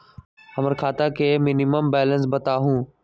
हमरा खाता में मिनिमम बैलेंस बताहु?